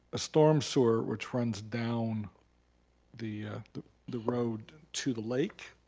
storm sewer which runs down the the the road and to the lake,